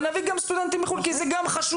אני אביא גם סטודנטים מחו"ל כי זה גם חשוב,